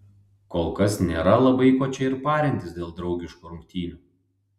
kolkas nėra labai ko čia ir parintis dėl draugiškų rungtynių